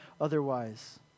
otherwise